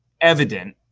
evident